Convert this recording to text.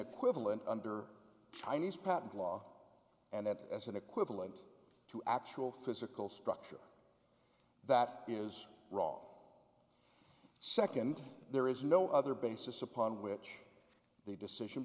equivalent under chinese patent law and that as an equivalent to actual physical structure that is wrong second there is no other basis upon which the decision